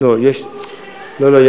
לא לא,